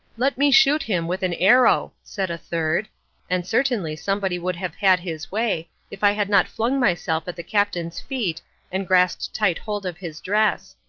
let me shoot him with an arrow, said a third and certainly somebody would have had his way if i had not flung myself at the captain's feet and grasped tight hold of his dress.